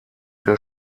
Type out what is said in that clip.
der